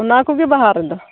ᱚᱱᱟᱠᱚᱜᱮ ᱵᱟᱦᱟ ᱨᱮᱫᱚ